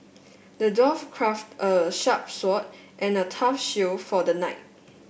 the dwarf crafted a sharp sword and a tough shield for the knight